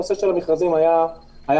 הנושא של המכרזים היה מוסדר.